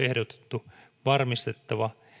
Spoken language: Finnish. ehdotettu varmistettava